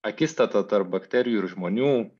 akistata tarp bakterijų ir žmonių